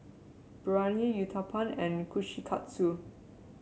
Biryani Uthapam and Kushikatsu